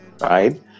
right